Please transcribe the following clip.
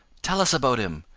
tell us about him,